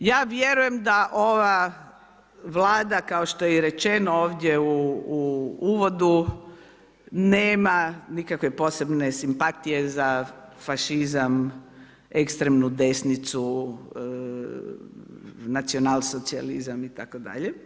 Za kraj, ja vjerujem da ova Vlada, kao što je i rečeno ovdje u uvodu, nema nikakve posebne simpatije za fašizam, ekstremnu desnicu, nacionalsocijalizam itd.